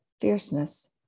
fierceness